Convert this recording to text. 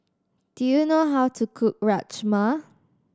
do you know how to cook Rajma